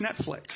Netflix